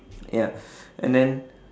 ya and then